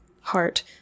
heart